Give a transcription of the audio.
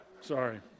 Sorry